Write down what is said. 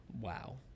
Wow